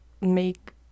make